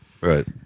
Right